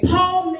Paul